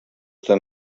tota